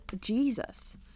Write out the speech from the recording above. Jesus